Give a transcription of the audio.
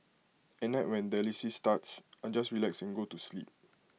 at night when dialysis starts I just relax and go to sleep